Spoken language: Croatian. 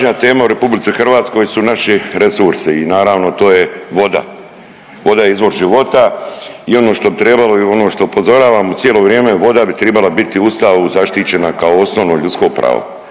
tema u RH su naši resursi i naravno to je voda. Voda je izvor života i ono što bi trebalo i ono što upozoravamo cijelo vrijeme voda bi trebala biti u Ustavu zaštićena kao osnovno ljudsko pravo.